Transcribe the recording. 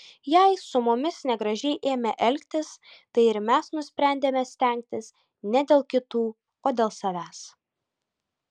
jei su mumis negražiai ėmė elgtis tai ir mes nusprendėme stengtis ne dėl kitų o dėl savęs